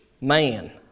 man